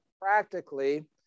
practically